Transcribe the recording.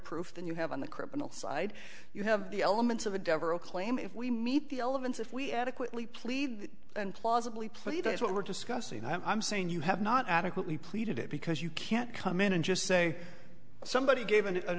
proof than you have on the criminal side you have the elements of a devereaux claim if we meet the elements if we adequately plead and plausibly plea that is what we're discussing and i'm saying you have not adequately pleaded it because you can't come in and just say somebody gave an